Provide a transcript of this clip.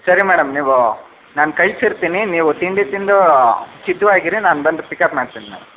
ಸರಿ ಮೇಡಮ್ ನೀವು ನಾನು ಕಳ್ಸಿರ್ತೀನಿ ನೀವು ತಿಂಡಿ ತಿಂದು ಸಿದ್ಧವಾಗಿರಿ ನಾನು ಬಂದು ಪಿಕಪ್ ಮಾಡ್ತೀನಿ ಮ್ಯಾಮ್